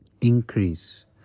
increase